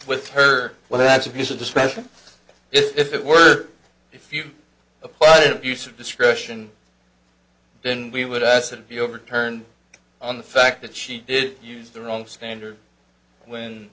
with her well that's abuse of discretion if it were if you apply to abuse of discretion then we would i said be overturned on the fact that she did use the wrong standard when